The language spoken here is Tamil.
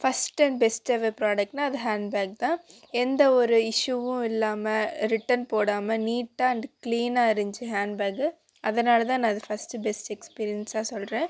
ஃபஸ்ட் அண்ட் பெஸ்ட் எவர் ப்ராடக்ட்ன்னா அது ஹேண்ட் பேக் தான் எந்த ஒரு இஷ்யூவும் இல்லாமல் ரிட்டன் போடாமல் நீட் அண்ட் க்ளீனாக இருந்திச்சு ஹேண்ட் பேகு அதனால் தான் நான் இது ஃபஸ்ட் பெஸ்ட் எக்ஸ்பீரியன்ஸாக சொல்கிறேன்